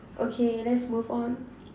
okay let's move on